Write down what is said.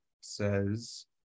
says